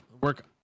work